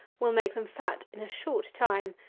will make them fat in a short time,